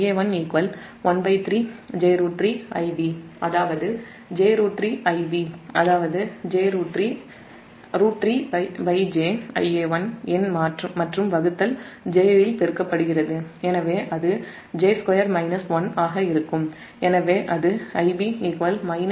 எனவே Ia113j√𝟑Ib அதாவது j√𝟑Ib அதாவது √𝟑jIa1 எண்ஆல் வகுத்தல் மற்றும் jஆல் பெருக்கப்படுகிறது எனவே அது j2 1ஆக இருக்கும் எனவே அது Ib j √3Ia1